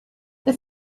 they